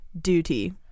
duty